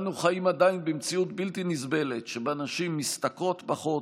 אנו חיים עדיין במציאות בלתי נסבלת שבה נשים משתכרות פחות,